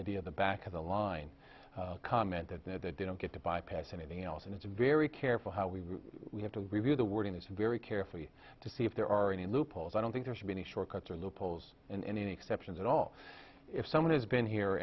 idea of the back of the line comment that they didn't get to bypass anything else and it's very careful how we we have to review the wording this very carefully to see if there are any loopholes i don't think there should be any shortcuts or loopholes in any exceptions at all if someone has been here